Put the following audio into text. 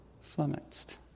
flummoxed